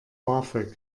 bafög